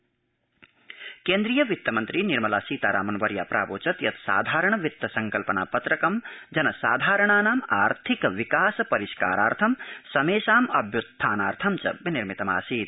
वित्तमन्त्री चेन्नयी केन्द्रीय वित्तमन्त्री निर्मला सीतारामन्वर्या प्रावोचत् यत् साधारण वित्त संकल्पना पत्रकं जनसाधारणानाम् आर्थिक विकासे परिष्कारार्थं समेषामभ्यत्थानार्थव्च विनिर्मितम् आसीत्